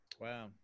Wow